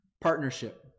partnership